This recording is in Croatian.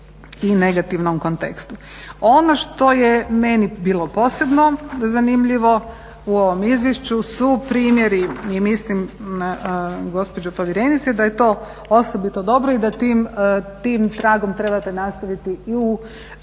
i negativnom kontekstu. Ono što je meni bilo posebno zanimljivo u ovom izvješću su primjeri i mislim gospođo povjerenice da je to osobito dobro i da tim tragom trebate nastaviti i u